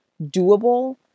doable